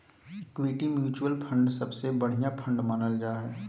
equity mutual fund सबसे बढ़िया fund मानल जा हय